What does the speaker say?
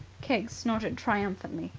keggs snorted triumphantly.